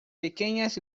pequeñas